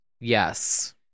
Yes